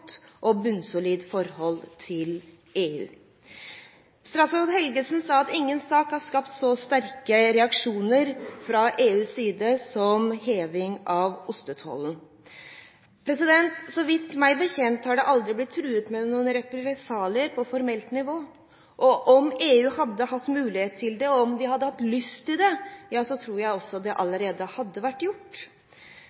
godt og bunnsolid forhold til EU. Statsråd Helgesen sa at ingen sak har skapt så sterke reaksjoner fra EUs side som heving av ostetollen. Meg bekjent har det aldri vært truet med noen represalier på formelt nivå, og om EU hadde hatt mulighet til det og lyst til det, tror jeg også det